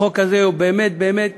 החוק הזה הוא באמת באמת